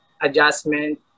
adjustment